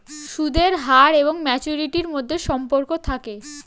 সুদের হার এবং ম্যাচুরিটির মধ্যে সম্পর্ক থাকে